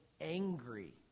angry